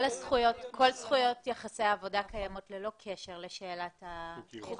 כל זכויות יחסי העבודה קיימות ללא קשר לשאלת החוקיות.